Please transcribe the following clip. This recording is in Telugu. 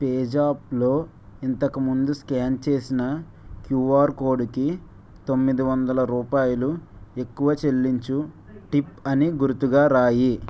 పేజాప్లో ఇంతకు ముందు స్క్యాన్ చేసిన క్యూఆర్ కోడుకి తొమ్మిది వందల రూపాయలు ఎక్కువ చెల్లించు టిప్ అని గురుతుగా రాయి